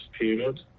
period